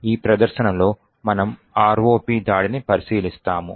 ఈ ప్రదర్శనలో మనము ROP దాడిని పరిశీలిస్తాము